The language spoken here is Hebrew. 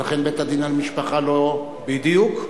ולכן בית-הדין לענייני משפחה לא בדיוק.